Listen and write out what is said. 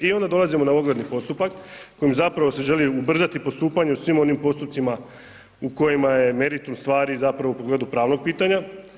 I onda dolazimo na ogledni postupak kojim zapravo se želi ubrzati postupanje u svim onim postupcima u kojima je meritum stvari zapravo u pogledu pravnog pitanja.